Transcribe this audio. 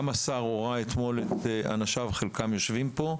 גם השר הורה אתמול לאנשיו, שחלקם יושבים פה,